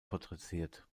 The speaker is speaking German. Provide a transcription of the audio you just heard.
porträtiert